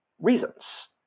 reasons